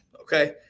Okay